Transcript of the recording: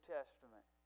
Testament